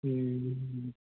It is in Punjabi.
ਹਮ